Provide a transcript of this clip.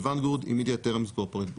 זה Vanguard immediate-Term Corporate Bond.